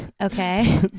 okay